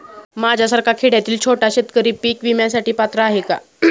माझ्यासारखा खेड्यातील छोटा शेतकरी पीक विम्यासाठी पात्र आहे का?